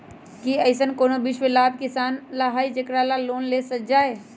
कि अईसन कोनो विशेष लाभ किसान ला हई जेकरा ला लोन लेल जाए?